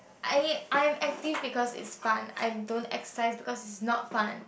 I I'm active because it's fun I don't exercise because it's not fun